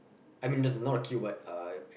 I mean there's not a queue but uh